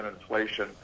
inflation